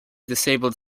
disabled